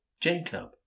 Jacob